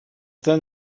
then